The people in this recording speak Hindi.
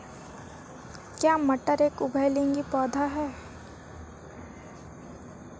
क्या मटर एक उभयलिंगी पौधा है?